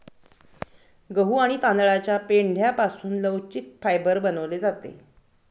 गहू आणि तांदळाच्या पेंढ्यापासून लवचिक फायबर बनवले जाते